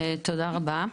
תודה רבה,